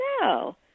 no